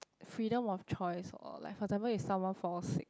freedom of choice or like for example if someone falls sick